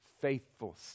faithful